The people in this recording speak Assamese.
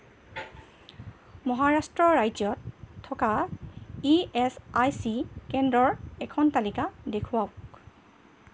মহাৰাষ্ট্ৰ ৰাজ্যত থকা ই এছ আই চি কেন্দ্ৰৰ এখন তালিকা দেখুৱাওক